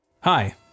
Hi